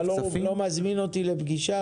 אתה לא מזמין אותי לפגישה?